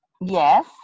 Yes